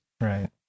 Right